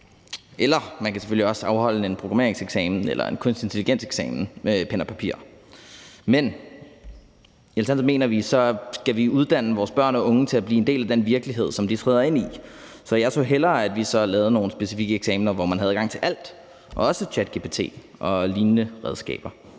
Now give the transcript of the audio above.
Eller man kan selvfølgelig også afholde en programmeringseksamen eller en eksamen i kunstig intelligens med pen og papir. Men i Alternativet mener vi, at vi skal uddanne vores børn unge til at blive en del af den virkelighed, som de træder ind i, så jeg så hellere, at vi lavede nogle specifikke eksamener, hvor man havde adgang til alt, også ChatGPT og lignende redskaber.